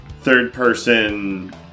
third-person